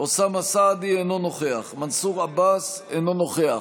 אוסאמה סעדי, אינו נוכח מנסור עבאס, אינו נוכח